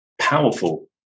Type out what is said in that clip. powerful